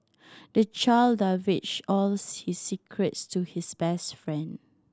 the child divulged all his secrets to his best friend